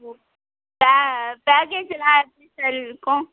ஓ பே பேக்கேஜுயெலாம் எப்படி சார் இருக்கும்